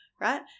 right